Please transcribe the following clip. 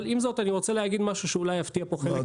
אבל אם זאת אני רוצה להגיד משהו שאולי יפתיע פה חלק --- מה,